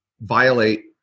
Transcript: violate